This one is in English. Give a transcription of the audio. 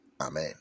Amen